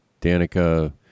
Danica